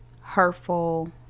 hurtful